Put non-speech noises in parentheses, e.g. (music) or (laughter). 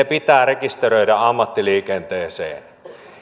(unintelligible) pitää rekisteröidä ammattiliikenteeseen